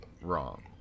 wrong